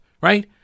right